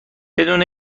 بدون